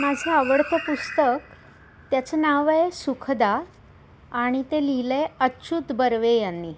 माझं आवडतं पुस्तक त्याचं नाव आहे सुखदा आणि ते लिहिलं आहे अच्युत बर्वे यांनी